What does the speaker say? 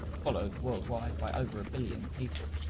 followed worldwide by over a billion people.